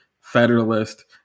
federalist